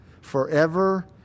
forever